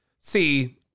See